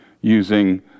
using